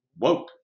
woke